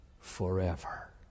forever